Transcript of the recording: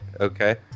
Okay